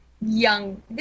young